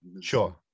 sure